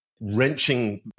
wrenching